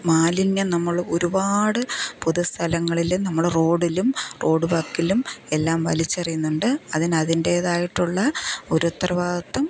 മാലിന്യം നമ്മൾ ഒരുപാട് പൊതുസ്ഥലങ്ങളില് നമ്മൾ റോഡിലും റോഡ് വക്കിലും എല്ലാം വലിച്ചെറിയുന്നുണ്ട് അതിനതിൻ്റേതായിട്ടുള്ള ഒരു ഉത്തരവാദിത്വം